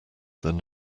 than